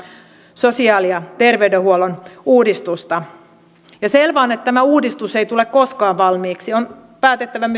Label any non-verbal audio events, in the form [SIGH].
sosiaali ja terveydenhuollon uudistusta selvä on että tämä uudistus ei tule koskaan valmiiksi uudistuksen yhteydessä on päätettävä [UNINTELLIGIBLE]